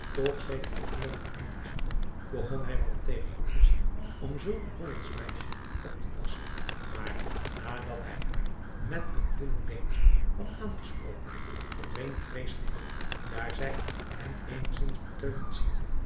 toch zekeren êerbied inboezemde begon hij er wat tegen op te zien om zulk een ollandsch meisje op te passen maar nadat hij driaan oosjes zn et leven van illegonda uisman haar met een lillend beentje had aangesproken verdween die vrees geheel daar zij hem eenigzins beteuterd ziende